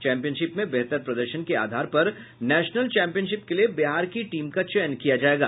championship में बेहतर प्रदर्शन के आधार पर नेशनल चैम्पियनशिप के लिए बिहार की टीम का चयन किया जायेगा